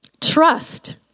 trust